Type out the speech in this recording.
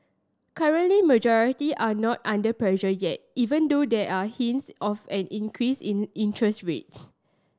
currently majority are not under pressure yet even though there are hints of an increase in interest rates